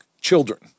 children